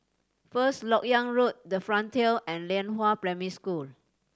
First Lok Yang Road The Frontier and Lianhua Primary School